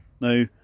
Now